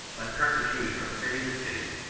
when persecuted from city to city,